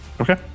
okay